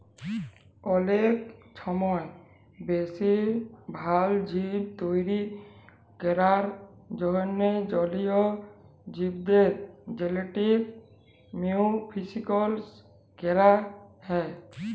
অলেক ছময় বেশি ভাল জীব তৈরি ক্যরার জ্যনহে জলীয় জীবদের জেলেটিক মডিফিকেশল ক্যরা হ্যয়